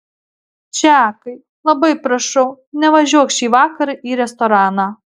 čakai labai prašau nevažiuok šįvakar į restoraną